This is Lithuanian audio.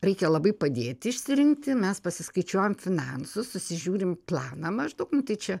reikia labai padėti išsirinkti mes pasiskaičiuojam finansus susižiūrim planą maždaug nu tai čia